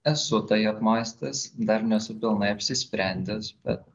esu tai apmąstęs dar nesu pilnai apsisprendęs bet